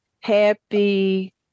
happy